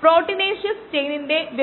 ഇനിപ്പറയുന്ന ഡാറ്റ നൽകി